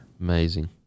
Amazing